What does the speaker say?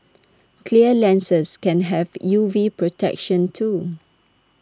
clear lenses can have U V protection too